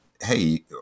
hey